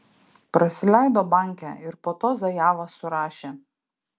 prasileido bankę ir po to zajavą surašė